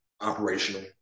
operational